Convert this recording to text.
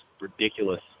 ridiculous